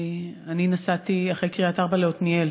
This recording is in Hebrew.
אני נסעתי אחרי קריית-ארבע לעתניאל,